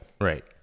Right